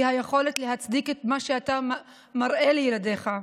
היא היכולת להצדיק את מה שאתה מראה לילדיך.